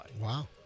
Wow